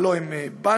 הלוא הם בנקים